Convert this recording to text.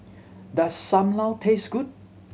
does Sam Lau taste good